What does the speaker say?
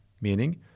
meaning